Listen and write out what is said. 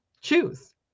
Choose